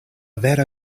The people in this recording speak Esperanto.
vera